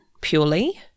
purely